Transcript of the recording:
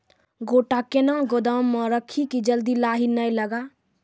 गोटा कैनो गोदाम मे रखी की जल्दी लाही नए लगा?